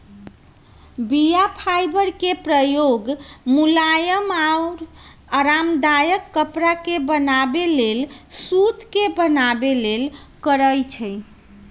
बीया फाइबर के प्रयोग मुलायम आऽ आरामदायक कपरा के बनाबे लेल सुत के बनाबे लेल करै छइ